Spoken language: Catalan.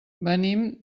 venim